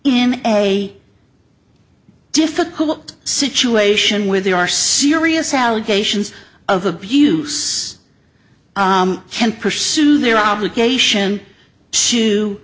in a difficult situation where there are serious allegations of abuse can pursue their obligation to